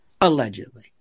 allegedly